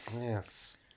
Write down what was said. Yes